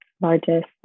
largest